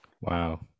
Wow